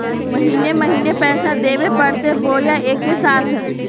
महीने महीने पैसा देवे परते बोया एके साथ?